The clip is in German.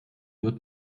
wird